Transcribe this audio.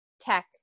tech